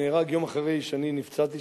נהרג יום אחרי שאני נפצעתי,